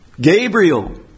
Gabriel